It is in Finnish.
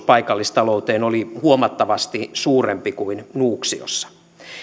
paikallistalouteen oli huomattavasti suurempi kuin nuuksiossa